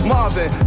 Marvin